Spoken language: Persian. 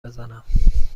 بزنم